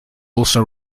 also